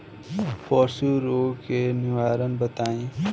पशु रोग के निवारण बताई?